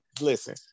Listen